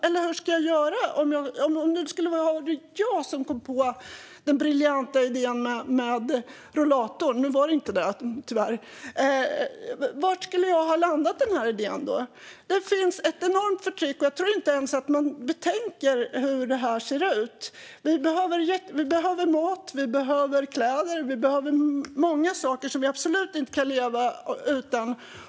Eller hur skulle jag ha gjort om jag kommit på den briljanta idén med rullatorn? Tyvärr var det inte det, men om, var skulle jag ha landat denna idé? Det finns ett enormt förtryck, men man tänker nog inte ens på hur det ser ut. Vi behöver mat, kläder och mycket annat som vi inte kan leva utan.